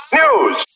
news